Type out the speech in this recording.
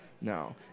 no